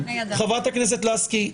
חברת הכנסת לסקי,